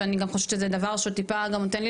ואני חושבת שזה דבר שטיפה גם נותן לי